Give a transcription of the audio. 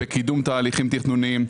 בקידום תהליכים תכנוניים,